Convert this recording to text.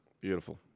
Beautiful